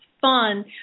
fun